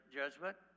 judgment